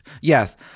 Yes